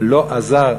לא עזר.